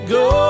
go